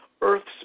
earth's